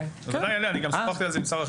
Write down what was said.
אני גם שוחחתי על זה עם שר החינוך.